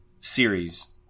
series